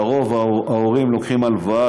על-פי רוב ההורים לוקחים הלוואה,